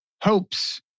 hopes